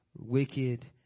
wicked